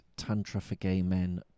tantraforgaymen